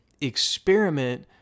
experiment